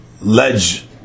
ledge